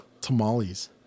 tamales